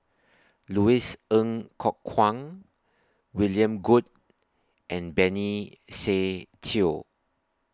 Louis Ng Kok Kwang William Goode and Benny Se Teo